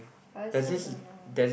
I also don't know